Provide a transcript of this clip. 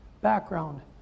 Background